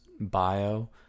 bio